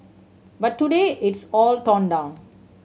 but today it's all torn down